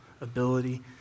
ability